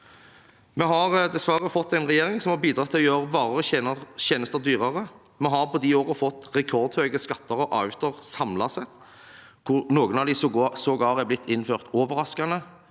Vi har dessverre fått en regjering som har bidratt til å gjøre varer og tjenester dyrere. Vi har på disse årene fått rekordhøye skatter og avgifter samlet sett. Noen av dem er sågar blitt innført overraskende,